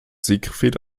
siegfried